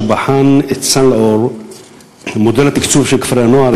שבחן את מודל התקצוב של כפרי-הנוער,